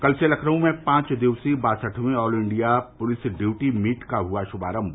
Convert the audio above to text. कल से लखनऊ में पांच दिवसीय बासठवीं all India police duty meet का हुआ शुभारम्भ